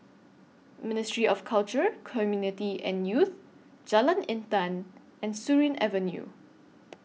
Ministry of Culture Community and Youth Jalan Intan and Surin Avenue